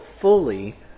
fully